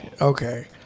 Okay